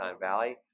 Valley